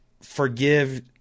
forgive